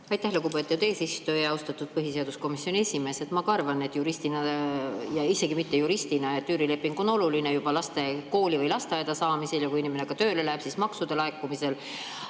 Aitäh, lugupeetud eesistuja! Austatud põhiseaduskomisjoni esimees! Ma ka arvan, juristina ja isegi mitte juristina, et üürileping on oluline juba laste kooli või lasteaeda saamisel ja kui inimene tööle läheb, siis maksude laekumisel.